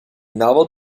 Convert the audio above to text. novel